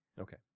Okay